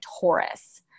Taurus